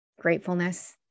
gratefulness